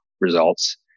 results